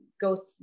go